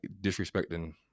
disrespecting